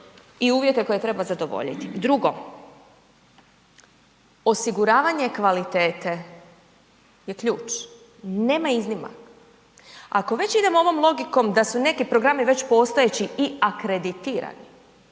i uvjete koje treba zadovoljiti. Drugo, osiguravanje kvalitete je ključ, nema iznimaka. Ako već idemo ovom logikom da su neki programi već postojeći i akreditiran